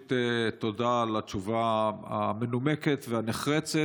ראשית תודה על התשובה המנומקת והנחרצת.